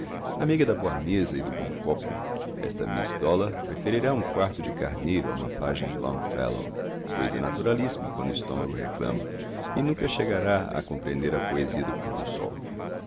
amiga da boa mesa e do bom copo esta miss dollar preferirá um quarto de carneiro a uma página de longfellow coisa naturalíssima quando o estômago reclama e nunca chegará a compreender a poesia do pôr dosol será